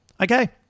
Okay